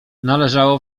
należało